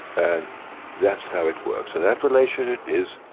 and that's how it works. and that relationship is